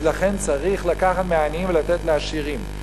ולכן צריך לקחת מהעניים ולתת לעשירים.